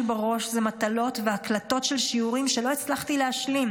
בראש זה מטלות והקלטות של שיעורים שלא הצלחתי להשלים,